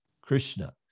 Krishna